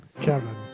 Kevin